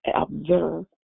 observe